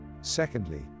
Secondly